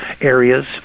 areas